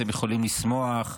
אתם יכולים לשמוח,